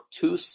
two